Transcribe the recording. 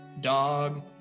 dog